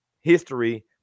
history